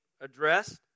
addressed